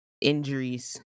injuries